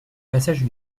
passage